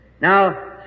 Now